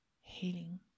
healing